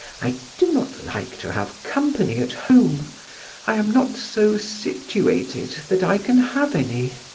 i do not like to have company at home i am not so situated that i can have any.